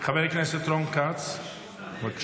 חבר הכנסת רון כץ, בבקשה.